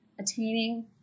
attaining